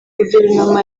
guverinoma